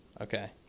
okay